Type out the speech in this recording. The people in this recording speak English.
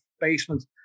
basement